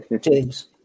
James